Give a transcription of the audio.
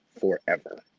forever